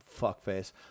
Fuckface